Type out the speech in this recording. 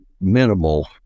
minimal